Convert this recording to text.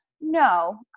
No